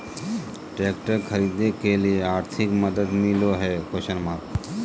Tractor खरीदे के लिए आर्थिक मदद मिलो है?